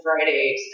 Friday